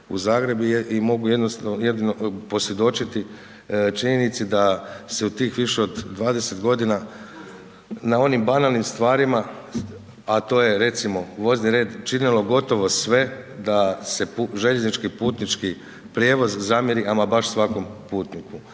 u Zagreb i mogu jedino posvjedočiti činjenici da se u tih više od 20 g. na onim banalnim stvarima a to je recimo vozni red, činilo gotovo sve da se željeznički i putnički prijevoz zamjeri ama baš svakom putniku,